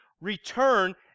return